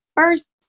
first